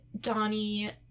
Donnie